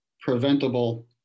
preventable